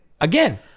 Again